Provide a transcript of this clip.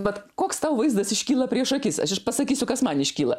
vat koks vaizdas iškyla prieš akis aš iš pasakysiu kas man iškyla